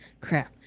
crap